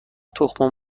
تخم